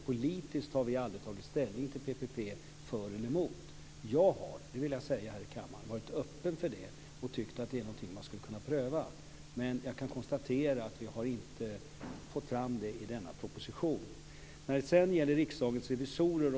Politiskt har vi aldrig tagit ställning för eller emot PPP. Jag har - det vill jag säga här i kammaren - varit öppen för det och tyckt att det är någonting som man skulle kunna pröva, men jag kan konstatera att vi inte har fått fram det i denna proposition. Sedan gäller det Riksdagens revisorer.